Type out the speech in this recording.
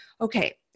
okay